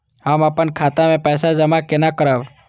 हम अपन खाता मे पैसा जमा केना करब?